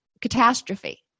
catastrophe